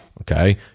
Okay